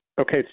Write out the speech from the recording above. okay